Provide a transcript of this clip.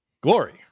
Glory